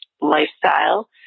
lifestyle